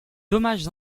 dommages